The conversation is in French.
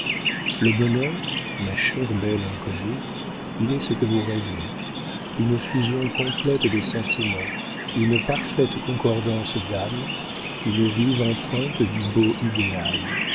le bonheur ma chère belle inconnue il est ce que vous rêvez une fusion complète des sentiments une parfaite concordance d'âme une vive empreinte du beau idéal